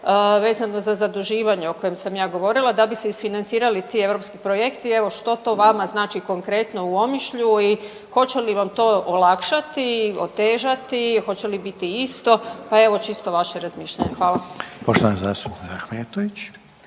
vezano za zaduživanje o kojem sam ja govorila, da bi se isfinancirali ti EU projekti, evo, što to vama znači konkretno u Omišlju i hoće li vam to olakšati, otežati, hoće li biti isto, pa evo, čisto vaše razmišljanje. Hvala. **Reiner, Željko